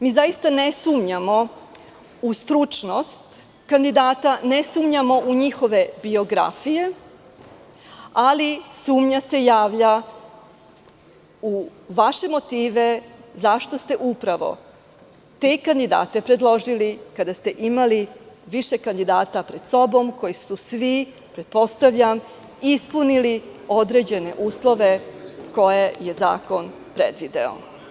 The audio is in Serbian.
Mi zaista ne sumnjamo u stručnost kandidata, niti u njihove biografije, ali, sumnja se javlja u vaše motive zašto ste upravo te kandidate predložili, kada ste imali više kandidata pred sobom, koji su svi, pretpostavljam, ispunili određene uslove koje je zakon predvideo.